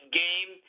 game